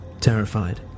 terrified